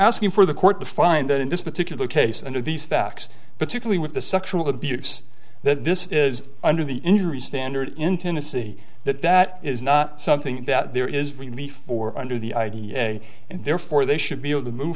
asking for the court to find that in this particular case under these facts particularly with the sexual abuse that this is under the injury standard in tennessee that that is not something that there is relief or under the idea and therefore they should be able to move